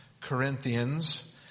Corinthians